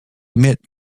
emit